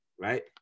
right